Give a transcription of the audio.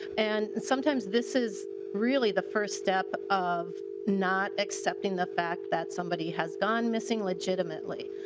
and sometimes this is really the first step of not accepting the fact that somebody has gone missing legitimately.